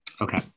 Okay